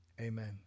Amen